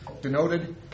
denoted